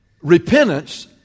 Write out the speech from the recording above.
Repentance